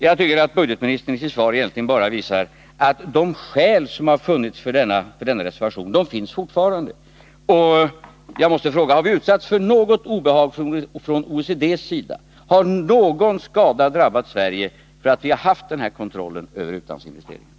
Jag tycker att budgetministern i sitt svar egentligen bara visar, att de skäl som har funnits för denna reservation fortfarande finns. Jag måste fråga: Har vi utsatts för något obehag från OECD:s sida? Har någon skada drabbat Sverige för att vi haft denna kontroll över utlandsinvesteringarna?